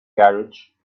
carriage